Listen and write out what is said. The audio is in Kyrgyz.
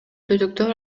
түтүктөр